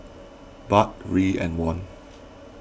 Baht Riel and Won